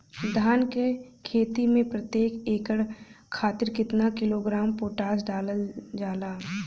धान क खेती में प्रत्येक एकड़ खातिर कितना किलोग्राम पोटाश डालल जाला?